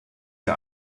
der